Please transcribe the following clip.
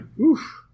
oof